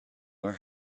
were